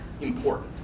important